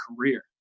career